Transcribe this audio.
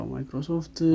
Microsoft